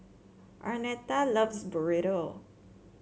Arnetta loves Burrito